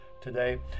today